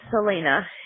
Selena